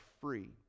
free